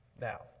Now